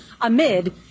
amid